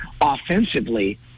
offensively